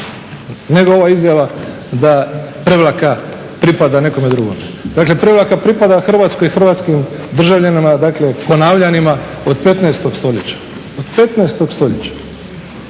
nego ova izjava da Prevlaka pripada nekome drugome. Dakle Prevlaka pripada Hrvatskoj i hrvatskim državljanima, dakle Konavljanima od 15-og stoljeća, od 15-og stoljeća.